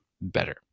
better